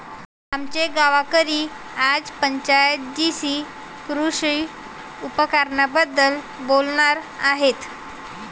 आमचे गावकरी आज पंचायत जीशी कृषी उपकरणांबद्दल बोलणार आहेत